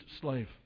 slave